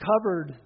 covered